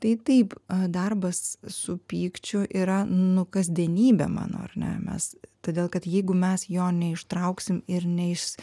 tai taip darbas su pykčiu yra nu kasdienybė mano ar ne mes todėl kad jeigu mes jo neištrauksim ir neiš